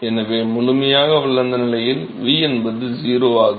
எனவே முழுமையாக வளர்ந்த நிலையில் v என்பது 0 ஆகும்